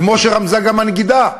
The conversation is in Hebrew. כמו שרמזה גם הנגידה,